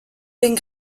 den